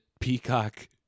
Peacock